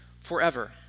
forever